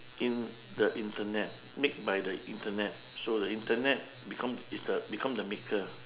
in the internet made by the internet so the internet become is the become the maker